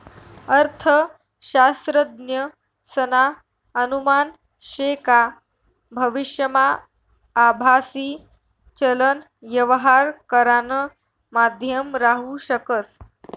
अर्थशास्त्रज्ञसना अनुमान शे का भविष्यमा आभासी चलन यवहार करानं माध्यम राहू शकस